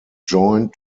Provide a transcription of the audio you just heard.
joined